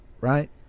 right